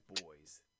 boys